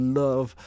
love